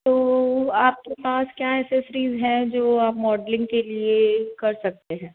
तो आपके पास क्या एक्सेसरीज़ है जो आप मॉडलिंग के लिए कर सकते हैं